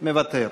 מוותר.